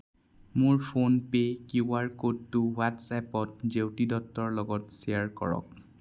মোৰ PhonePe' QR ক'ডটো হোৱাট্ছএপত জেউতি দত্তৰ লগত শ্বেয়াৰ কৰক